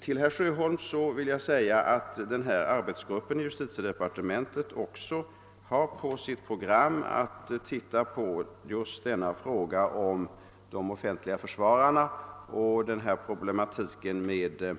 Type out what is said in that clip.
Till herr Sjöholm vill jag säga att arbetsgruppen i justitiedepartementet även har på sitt program att granska just frågan om de offentliga försvararna och problematiken med